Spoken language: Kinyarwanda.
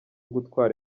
gutwara